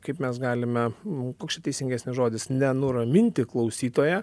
kaip mes galime nu koks čia teisingesnis žodis ne nuraminti klausytoją